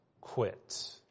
quit